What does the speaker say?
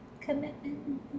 commitment